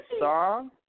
song